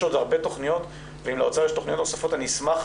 עוד הרבה תכניות ואם לאוצר יש תכניות נוספות אני אשמח